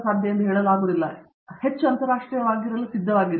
ಆದ್ದರಿಂದ ಹೆಚ್ಚು ಅಂತಾರಾಷ್ಟ್ರೀಯ ವಾಗಿರಲು ಸಿದ್ಧರಾಗಿರಿ